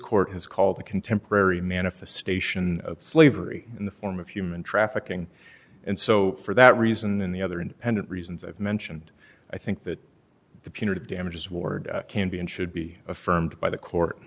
court has called the contemporary manifestation of slavery in the form of human trafficking and so for that reason and the other independent reasons i've mentioned i think that the punitive damages ward can be and should be affirmed by the court